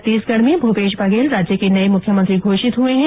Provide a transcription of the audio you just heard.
छत्तीसगढ में भूपेश बघेल राज्य के नए मुख्यमंत्री घोषित हुए है